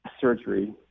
surgery